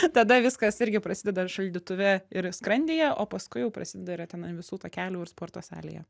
tada viskas irgi prasideda šaldytuve ir skrandyje o paskui jau prasideda ten ant visų takelių ir sporto salėje